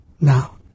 Now